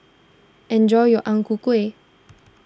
enjoy your Ang Ku Kueh